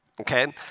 okay